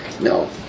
No